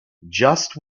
just